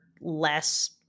less